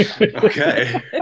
Okay